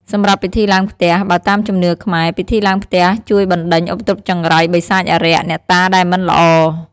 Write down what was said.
សម្រាប់ពិធីឡើងផ្ទះ បើតាមជំនឿខ្មែរ ពិធីឡើងផ្ទះជួយបណ្ដេញឧបទ្រពចង្រៃ បិសាច អារក្ស អ្នកតាដែលមិនល្អ ។